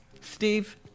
Steve